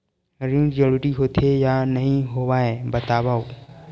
ऋण जरूरी होथे या नहीं होवाए बतावव?